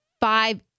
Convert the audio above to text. five-